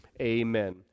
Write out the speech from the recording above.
Amen